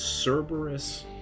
Cerberus